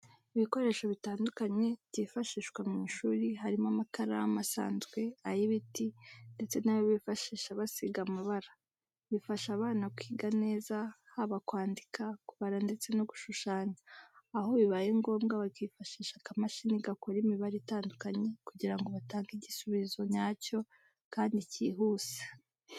Ibikoresho bitandukanye byifashishwa mu ishuri harimo amakaramu asanzwe, ay'ibiti ndetse n'ayo bifashisha basiga amabara. Bifasha abana kwiga neza haba kwandika, kubara ndetse no gushushanya, aho bibaye ngombwa bakifashisha akamashini gakora imibare itandukanye kugira ngo batange igisubizo nyacyo kandi kihuse.